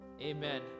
Amen